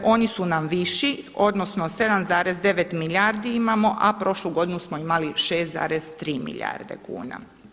Oni su nam viši, odnosno 7,9 milijardi imamo, a prošlu godinu smo imali 6,3 milijarde kuna.